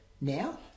now